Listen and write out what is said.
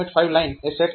5 line એ set થશે